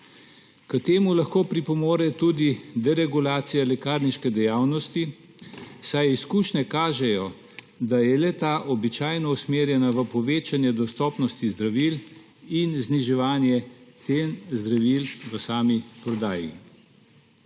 K temu lahko pripomore tudi deregulacija lekarniške dejavnosti, saj izkušnje kažejo, da je le-ta običajno usmerjena v povečanje dostopnosti zdravil in zniževanje cen zdravil v sami prodaji.